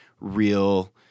real